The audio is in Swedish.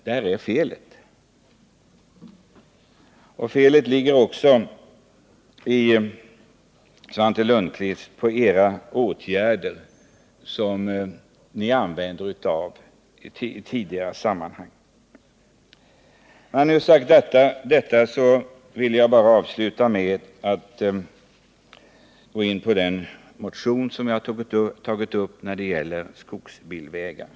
Här är det alltså fel, och felet ligger också, Svante Lundkvist, i de åtgärder som ni vidtagit i tidigare sammanhang. När jag nu sagt detta vill jag bara avsluta med att gå in på den motion, nr 2277, som jag väckt när det gäller skogsbilvägarna.